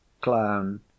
Clown